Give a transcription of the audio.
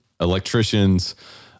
electricians